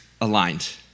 aligned